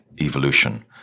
evolution